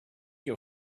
your